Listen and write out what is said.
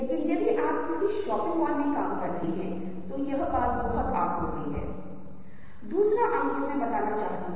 जब सभी रंगों को उचित अनुपात में मिलाया जाता है हमारे पास एक सफेद रोशनी है यह इस प्रकार है मॉनिटर और आपकी स्क्रीन जिस पर आप अभी देख रहे हैं चल रही है